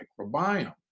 microbiome